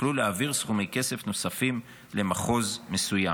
יוכלו להעביר סכומי כסף נוספים למחוז מסוים,